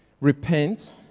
Repent